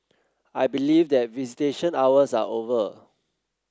I believe that visitation hours are over